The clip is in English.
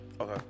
Okay